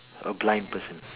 a blind person